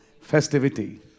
festivity